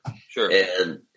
Sure